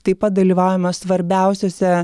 taip pat dalyvaujame svarbiausiuose